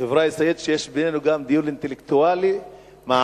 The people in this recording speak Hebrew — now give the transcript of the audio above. כחברה ישראלית שיש בינינו גם דיון אינטלקטואלי מעמיק